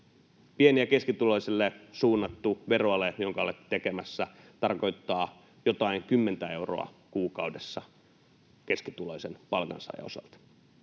Pieni- ja keskituloisille suunnattu veroale, jonka olette tekemässä, tarkoittaa jotain kymmentä euroa kuukaudessa keskituloisen palkansaajan osalta.